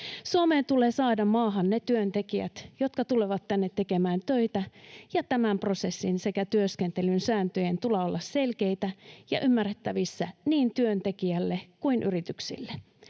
Suomeen tulee saada maahan ne työntekijät, jotka tulevat tänne tekemään töitä, ja tämän prosessin sekä työskentelyn sääntöjen tulee olla selkeitä ja ymmärrettävissä niin työntekijälle kuin yrityksille.